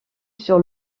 sur